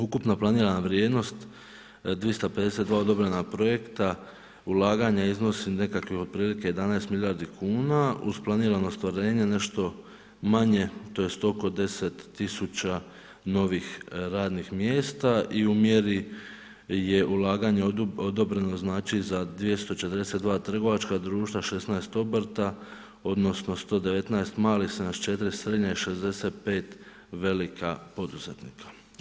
Ukupna planirana vrijednost 252 odobrena projekta ulaganja iznosi nekakvih otprilike 11 milijardi kuna uz planirano ostvarenje nešto manje tj. oko 10 tisuća novih radnih mjesta i u mjeri je ulaganje odobreno za 242 trgovačka društva, 16 obrta odnosno 119 malih, 74 srednja i 65 velika poduzetnika.